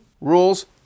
rules